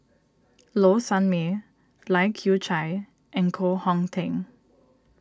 Low Sanmay Lai Kew Chai and Koh Hong Teng